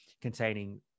containing